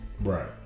Right